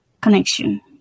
connection